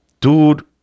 Dude